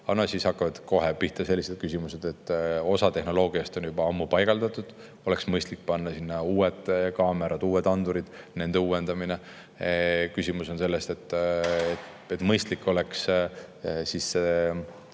aga siis hakkavad kohe pihta sellised küsimused, et osa tehnoloogiast on juba ammu paigaldatud ja oleks mõistlik panna sinna uued kaamerad, uued andurid, oleks vaja neid uuendada. Küsimus on selles, et mõistlik oleks kogu seda